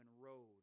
road